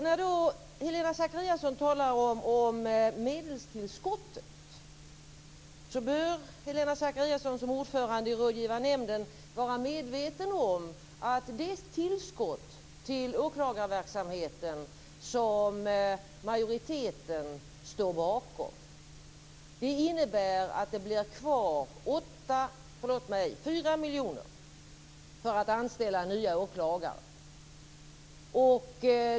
När Helena Zakariasén talar om medelstillskottet bör Helena Zakariasén som ordförande i Rådgivande nämnden vara medveten om att det tillskott till åklagarverksamheten som majoriteten står bakom innebär att det blir kvar 4 miljoner för att anställa nya åklagare.